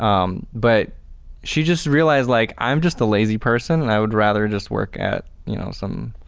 um but she just realized like, i'm just a lazy person and i would rather just work at you know, some